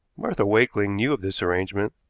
martha wakeling knew of this arrangement,